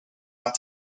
out